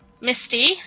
Misty